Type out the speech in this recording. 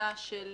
מכסה של